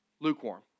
Lukewarm